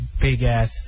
big-ass